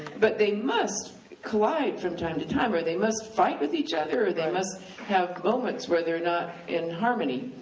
but they must collide from time to time, or they must fight with each other or they must have moments where they're not in harmony.